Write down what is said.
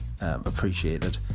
appreciated